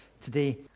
today